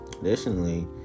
Additionally